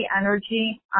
energy